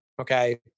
okay